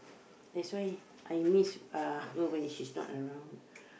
that's why I miss uh her when she is not around